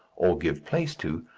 or give place to,